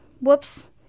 whoops